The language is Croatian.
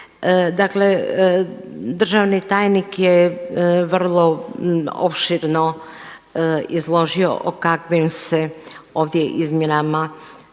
Dakle, državni tajnik je vrlo opširno izložio o kakvim se ovdje izmjenama radi.